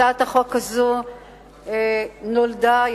הצעת החוק הזאת מוגשת עם